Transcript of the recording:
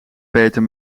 beter